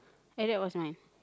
ya that was mine